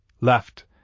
left